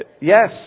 Yes